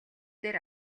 дээр